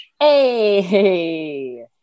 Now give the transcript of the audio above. Hey